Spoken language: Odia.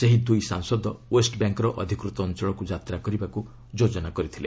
ସେହି ଦୁଇ ସାଂସଦ ୱେଷ୍ଟବ୍ୟାଙ୍କ୍ର ଅଧିକୃତ ଅଞ୍ଚଳକୁ ଯାତ୍ରା କରିବାକୁ ଯୋଜନା କରିଛନ୍ତି